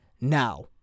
Now